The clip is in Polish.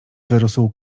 wyrósł